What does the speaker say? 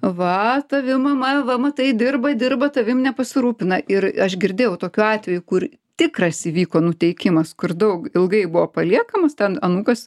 va tavi mama va matai dirba dirba tavim nepasirūpina ir aš girdėjau tokių atvejų kur tikras įvyko nuteikimas kur daug ilgai buvo paliekamas ten anūkas